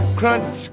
crunch